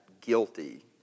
guilty